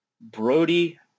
Brody